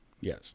Yes